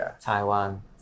Taiwan